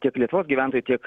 tiek lietuvos gyventojai tiek